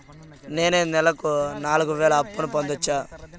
నేను నెలకు నాలుగు వేలు అప్పును పొందొచ్చా?